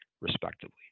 respectively